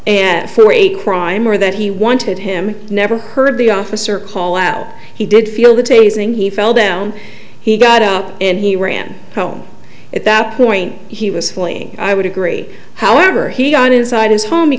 and for a crime or that he wanted him never heard the officer call out he did feel the tasing he fell down he got up and he ran home at that point he was fleeing i would agree however he got inside his home he